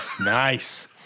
Nice